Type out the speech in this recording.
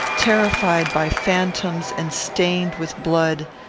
terrified by phantoms and stained with blood,